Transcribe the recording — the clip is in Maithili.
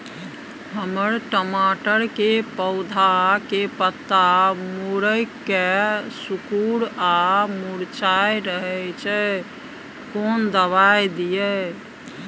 हमर टमाटर के पौधा के पत्ता मुड़के सिकुर आर मुरझाय रहै छै, कोन दबाय दिये?